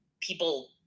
people